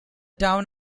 town